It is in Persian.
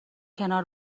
کنار